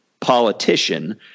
politician